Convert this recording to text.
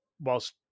whilst